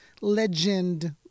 legend